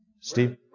Steve